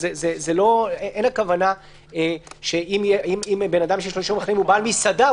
אין הכוונה שאם אדם הוא בעל מסעדה,